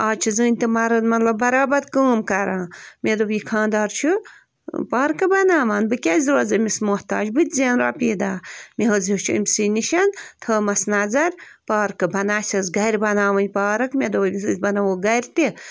اَزچھِ زٔنۍ تہٕ مرد مطلب بَرابر کٲم کَران مےٚ دوٚپ یہِ خانٛدار چھُ پارکہٕ بناوان بہٕ کیٛازِ روزٕ أمِس محتاج بہٕ تہِ زٮ۪نہٕ رۄپیہِ دَہ مےٚ حظ ہیوٚچھ أمۍسٕے نِش تھوٚمس نظر پارکہٕ بنہٕ آسٮ۪س گَرِ بناوٕنۍ پارٕک مےٚ دوٚپ أمِس أسۍ بَناوو گَرِ تہِ